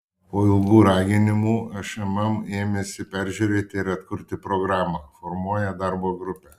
po ilgų raginimų šmm ėmėsi peržiūrėti ir atkurti programą formuoja darbo grupę